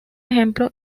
ejemplo